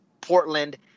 Portland